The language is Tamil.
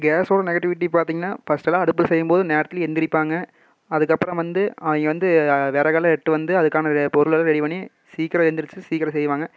கேஸோடய நெகட்டிவிட்டி பார்த்திங்கன்னா ஃபஸ்ட்டெல்லாம் அடுப்பில் செய்யும்போது நேரத்தில் எழுந்திருப்பாங்க அதுக்கப்றம் வந்து அவங்க வந்து விறகெல்லாம் எடுத்துட்டு வந்து அதுக்கான பொருளை ரெடி பண்ணி சீக்கிரம் எழுந்துருச்சி சீக்கிரம் செய்வாங்க